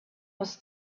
was